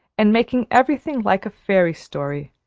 and making everything like a fairy story.